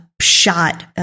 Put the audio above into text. shot –